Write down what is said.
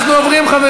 הוא העליב אותו,